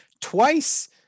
twice